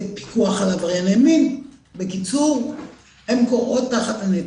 עברייני מין בקיצור הן קורעות תחת הנטל,